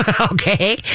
okay